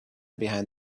behind